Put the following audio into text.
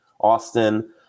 Austin